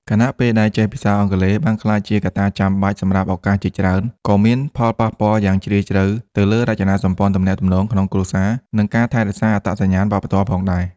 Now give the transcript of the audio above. ខណៈពេលដែលចេះភាសាអង់គ្លេសបានក្លាយជាកត្តាចាំបាច់សម្រាប់ឱកាសជាច្រើន ក៏មានផលប៉ះពាល់យ៉ាងជ្រាលជ្រៅទៅលើរចនាសម្ព័ន្ធទំនាក់ទំនងក្នុងគ្រួសារ និងការថែរក្សាអត្តសញ្ញាណវប្បធម៌ផងដែរ។